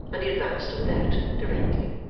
and he advanced on that, directly.